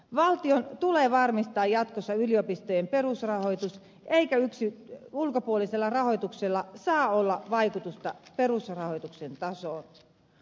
valtion tulee varmistaa jatkossa yliopistojen perusrahoitus eikä ulkopuolisella rahoituksella saa olla vaikutusta perusrahoituksen tasoon